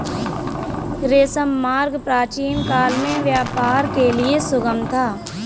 रेशम मार्ग प्राचीनकाल में व्यापार के लिए सुगम था